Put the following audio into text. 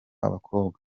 abakobwa